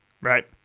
right